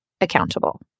accountable